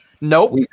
Nope